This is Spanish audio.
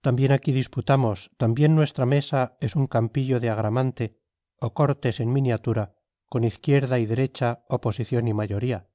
también aquí disputamos también nuestra mesa es un campillo de agramante o cortes en miniatura con izquierda y derecha oposición y mayoría